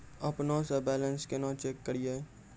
अपनों से बैलेंस केना चेक करियै?